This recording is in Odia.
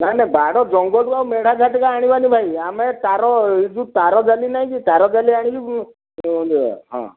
ନାଇ ନାଇ ବାଡ଼ ଜଙ୍ଗଲରୁ ଆଉ ମେଢ଼ା ଘାଟିକା ଆଣିବାନି ଭାଇ ଆମେ ତାର ଯେଉଁ ତାରଜାଲି ନାହିଁ କି ତାରଜାଲି ଆଣିକି ଏ ହଁ